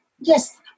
yes